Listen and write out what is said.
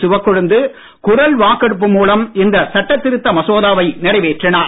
சிவக்கொழுந்து குரல் வாக்கெடுப்பு மூலம் இச்சட்ட திருத்த மசோதாவை நிறைவேற்றினார்